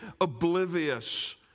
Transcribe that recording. oblivious